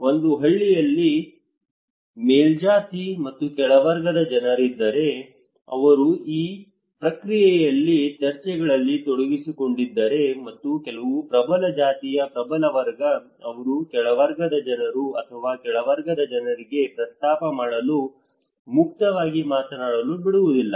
ಒಂದು ಹಳ್ಳಿಯಲ್ಲಿ ಮೇಲ್ಜಾತಿ ಮತ್ತು ಕೆಳವರ್ಗದ ಜನರಿದ್ದರೆ ಅವರು ಈ ಪ್ರಕ್ರಿಯೆಯಲ್ಲಿ ಚರ್ಚೆಗಳಲ್ಲಿ ತೊಡಗಿಸಿಕೊಂಡಿದ್ದರೆ ಮತ್ತು ಕೆಲವು ಪ್ರಬಲ ಜಾತಿಯ ಪ್ರಬಲ ವರ್ಗ ಅವರು ಕೆಳವರ್ಗದ ಜನರು ಅಥವಾ ಕೆಳವರ್ಗದ ಜನರಿಗೆ ಪ್ರಸ್ತಾಪ ಮಾಡಲು ಮುಕ್ತವಾಗಿ ಮಾತನಾಡಲು ಬಿಡುವುದಿಲ್ಲ